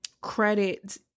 credit